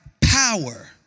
power